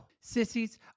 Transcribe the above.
Sissies